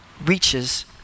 reaches